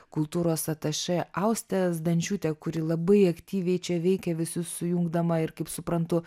kultūros atašė austė zdančiūtė kuri labai aktyviai čia veikia visi sujungdama ir kaip suprantu